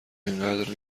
اینقدر